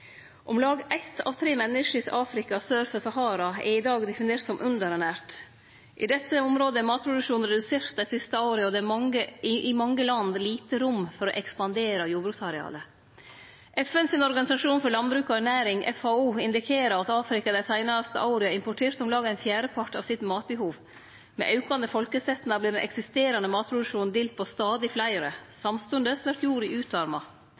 Om lag eitt av tre menneske i Afrika sør for Sahara er i dag definert som underernært. I dette området er matproduksjonen redusert dei siste åra, og det er i mange land lite rom for å ekspandere jordbruksarealet. FNs organisasjon for ernæring og landbruk, FAO, indikerer at Afrika dei seinaste åra har importert om lag ein fjerdepart av sitt matbehov. Med aukande folkesetnad vert den eksisterande matproduksjonen delt på stadig fleire. Samstundes vert jorda utarma.